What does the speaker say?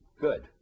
Good